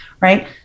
right